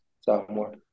sophomore